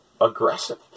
aggressive